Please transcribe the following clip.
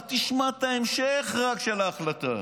רק תשמע את ההמשך של ההחלטה,